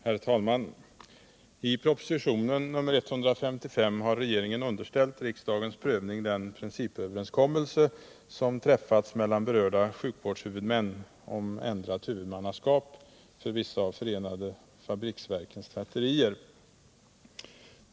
Herr talman! I propositionen nr 155 har regeringen underställt riksdagens prövning den principöverenskommelse som träffats mellan berörda sjukvårdshuvudmän om ändrat huvudmannaskap för vissa av förenade fabriksverkens tvätterier.